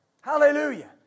Hallelujah